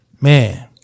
man